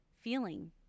feeling